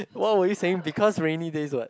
what were we saying because rainy days what